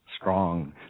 strong